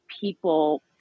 people